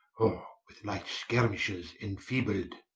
with light skirmishes enfeebled.